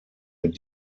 mit